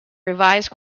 revised